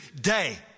day